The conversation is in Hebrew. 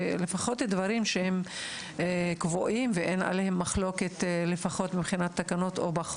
ושהן יקבלו לפחות את הדברים שאין עליהם מחלוקת בחוק ובתקנות.